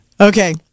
Okay